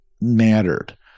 mattered